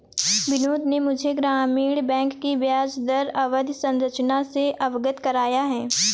बिनोद ने मुझे ग्रामीण बैंक की ब्याजदर अवधि संरचना से अवगत कराया